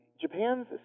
Japan's